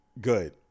good